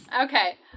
okay